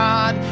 God